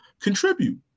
contribute